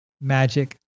magic